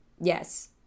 yes